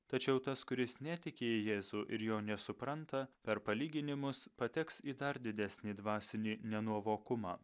tačiau tas kuris netiki jėzu ir jo nesupranta per palyginimus pateks į dar didesnį dvasinį nenuovokumą